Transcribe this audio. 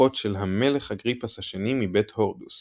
אחותו של המלך אגריפס השני מבית הורדוס